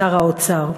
שר האוצר.